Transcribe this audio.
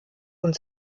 und